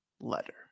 letter